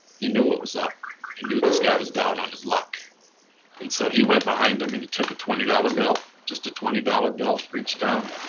he knew what was up he knew this guy was down on his luck and so he went behind him and he took a twenty dollars bill, just a twenty dollars bill, reached down